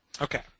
Okay